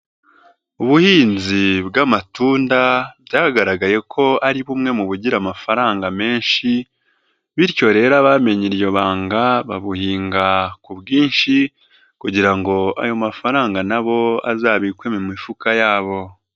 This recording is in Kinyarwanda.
Ubuhinzi bw'amatunda byagaragaye ko ari bumwe mu bugira amafaranga menshi bityo rero abamenye iryo banga babuhinga ku bwinshi kugira ngo ayo mafaranga na bo azabikwe mu mifuka yabo.